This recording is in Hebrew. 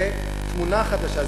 זה תמונה חדשה,